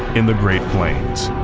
in the great plains.